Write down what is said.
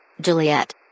Juliet